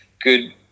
good